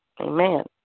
Amen